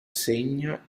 segna